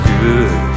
good